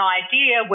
idea